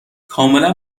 کاملا